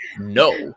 No